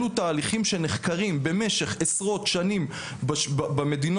אלה תהליכים שנחקרים במשך עשרות שנים במדינות